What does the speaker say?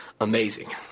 amazing